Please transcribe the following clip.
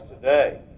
today